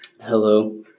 Hello